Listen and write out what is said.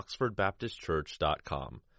oxfordbaptistchurch.com